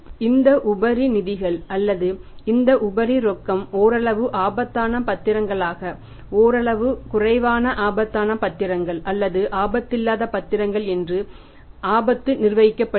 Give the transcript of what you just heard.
இந்த உபரி நிதிகள் அல்லது இந்த உபரி ரொக்கம் ஓரளவு ஆபத்தான பத்திரங்களாக ஓரளவு குறைவான ஆபத்தான பத்திரங்கள் அல்லது ஆபத்தில்லாத பத்திரங்கள் என்று ஆபத்து நிர்வகிக்கப்படுகிறது